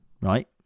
right